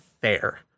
fair